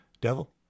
Devil